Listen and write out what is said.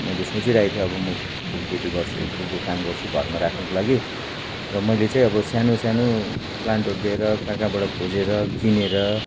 मैले सोचिराखेको थिएँ अब म फुल खेती गर्छु फुलको काम गर्छु घरमा राख्नुको लागि र मैले चाहिँ अब सानो सानो प्लान्टहरू ल्याएर कहाँ कहाँबाट खोजेर किनेर